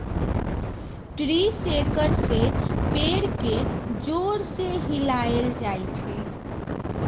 tree shaker से पेड़ के जोर से हिलाएल जाई छई